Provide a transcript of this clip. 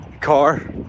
Car